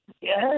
Yes